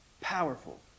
powerful